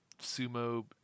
sumo